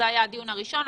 זה היה הדיון הראשון,